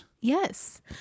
Yes